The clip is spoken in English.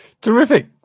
terrific